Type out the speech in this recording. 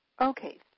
Okay